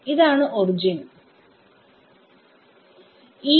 ഇതാണ് ഒറിജിൻ 00